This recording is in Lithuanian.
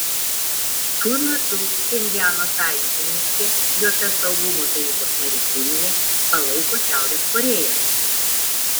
tuo metu pchenjano sąjungininkė jt saugumo tarybos narė kinija palaiko šiaurės korėją